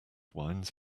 wines